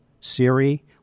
Siri